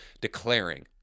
declaring